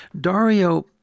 Dario